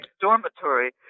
dormitory